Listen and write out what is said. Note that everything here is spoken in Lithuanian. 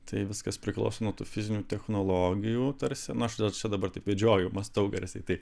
tai viskas priklauso nuo tų fizinių technologijų tarsi na štai čia dabar taip vedžioju mąstau garsiai tai